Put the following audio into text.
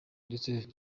ndetse